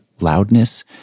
loudness